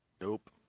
nope